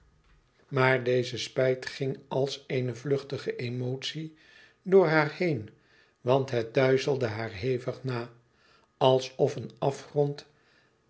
maar deze spijt ging als eene vluchtige emotie door haar heen want het duizelde haar hevig na alsof een afgrond